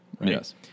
Yes